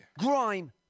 Grime